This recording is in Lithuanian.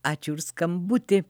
ačiū už skambutį